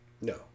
no